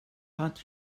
hat